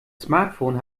smartphone